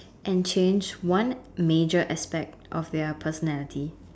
and change one major aspect of their personality